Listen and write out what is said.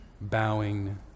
bowing